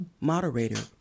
Moderator